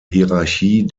hierarchie